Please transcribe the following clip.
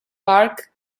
park